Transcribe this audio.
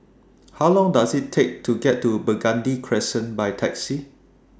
How Long Does IT Take to get to Burgundy Crescent By Taxi